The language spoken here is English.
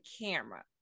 camera